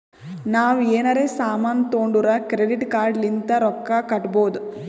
ನಾವ್ ಎನಾರೇ ಸಾಮಾನ್ ತೊಂಡುರ್ ಕ್ರೆಡಿಟ್ ಕಾರ್ಡ್ ಲಿಂತ್ ರೊಕ್ಕಾ ಕಟ್ಟಬೋದ್